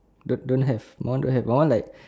don't don't have my one don't have my one like